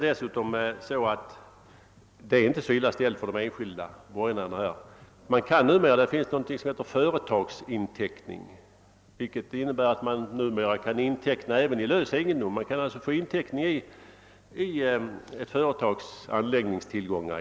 Dessutom är det inte så illa ställt för de enskilda borgenärerna. Det finns någonting som heter företagsinteckning. Man kan alltså göra inteckningar även i lös egendom, exempelvis i ett företags anläggningstillgångar.